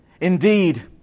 Indeed